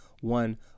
one